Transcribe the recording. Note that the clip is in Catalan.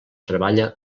treballa